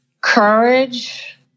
Courage